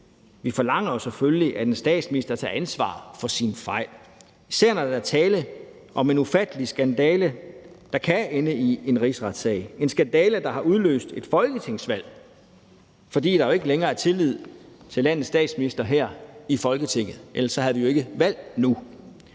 Vi forlanger jo selvfølgelig, at en statsminister tager ansvar for sine fejl, især når der er tale om en ufattelig skandale, der kan ende i en rigsretssag – en skandale, der har udløst et folketingsvalg, fordi der jo ikke længere er tillid til landets statsminister her i Folketinget. Ellers havde vi jo ikke valg nu.